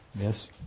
Yes